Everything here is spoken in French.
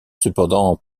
cependant